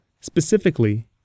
Specifically